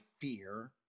fear